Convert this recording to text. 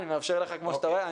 אני מאפשר לך כמו שאתה רואה.